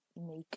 make